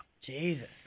Jesus